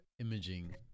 imaging